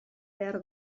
behar